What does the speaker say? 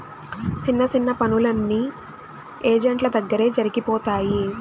సిన్న సిన్న పనులన్నీ ఏజెంట్ల దగ్గరే జరిగిపోతాయి